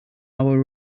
our